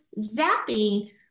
zapping